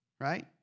right